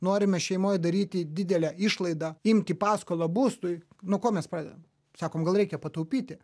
norime šeimoj daryti didelę išlaidą imti paskolą būstui nuo ko mes pradedam sakom gal reikia pataupyti